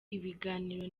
ibiganiro